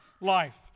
life